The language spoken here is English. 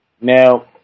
Now